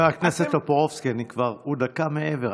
חבר הכנסת טופורובסקי, הוא כבר דקה מעבר.